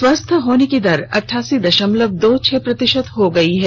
स्वस्थ होने की दर अठासी दशमलव दो छह प्रतिशत हो गयी है